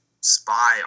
spy